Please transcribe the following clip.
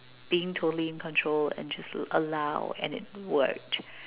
being totally in control and just allowed and it worked